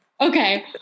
Okay